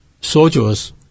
soldiers